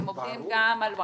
והם עובדים גם על Wi-Fi,